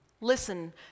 Listen